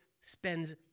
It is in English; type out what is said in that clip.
spends